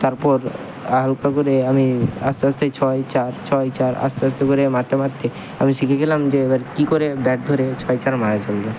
তারপর হালকা করে আমি আস্তে আস্তেই ছয় চার ছয় চার আস্তে আস্তে করে মারতে মারতে আমি শিখে গেলাম যে এবার কী করে ব্যাট ধরে ছয় চার মারা চলবে